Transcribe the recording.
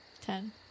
Ten